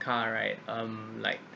car right um like